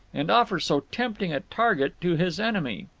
and offer so tempting a target to his enemy?